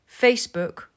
facebook